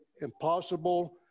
impossible